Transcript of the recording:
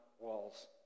walls